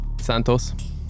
Santos